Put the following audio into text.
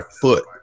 foot